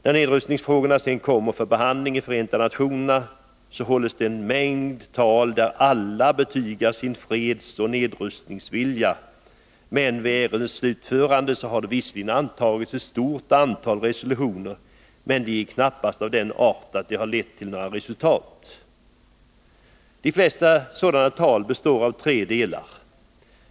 När nedrustningsfrågorna sedan kommer för behandling i Förenta nationerna hålls en mängd tal där alla betygar sin fredsoch nedrustningsvilja, och vid ärendets slutförande har det antagits ett stort antal resolutioner, men de är knappast av den arten att de leder till något resultat. De flesta sådana tal består av tre delar.